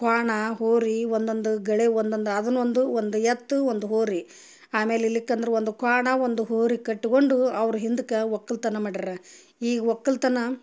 ಕ್ವಾಣ ಹೋರಿ ಒಂದೊಂದು ಗಳೆ ಒಂದೊಂದು ಅದನ್ನು ಒಂದು ಒಂದು ಎತ್ತು ಒಂದು ಹೋರಿ ಆಮೇಲೆ ಇಲ್ಲಿಕ್ಕಂದರು ಒಂದು ಕ್ವಾಣ ಒಂದು ಹೋರಿ ಕಟ್ಕೊಂಡು ಅವ್ರು ಹಿಂದಕ್ಕೆ ಒಕ್ಕಲ್ತನ ಮಾಡ್ಯರ ಈಗ ಒಕ್ಕಲ್ತನ